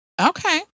Okay